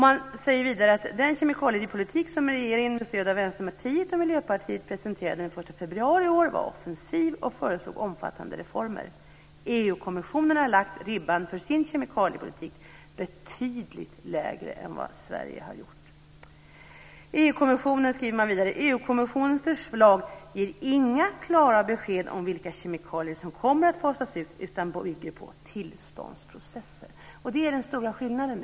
Man skriver vidare: "Den kemikalieproposition som regeringen med stöd av Vänsterpartiet och Miljöpartiet presenterade den 1 februari i år var offensiv och föreslog omfattande reformer. - EU-kommissionen har lagt ribban för sin kemikaliepolitik betydligt lägre än vad Sverige gjort." Vidare skriver man: "Kommissionens förslag däremot ger inget klart besked om vilka kemikalier som kommer att fasas ut utan bygger på tillståndsprocesser." Det är den stora skillnaden.